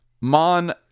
Mon